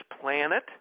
planet